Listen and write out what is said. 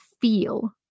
feel